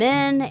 Men